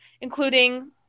including